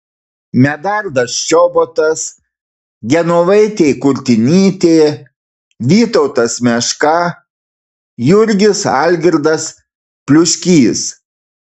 medardas čobotas genovaitė kurtinytė vytautas meška jurgis algirdas pliuškys